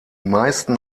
meisten